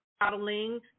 modeling